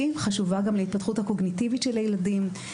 חשובות גם להתפתחות הקוגניטיבית של הילדים,